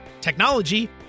technology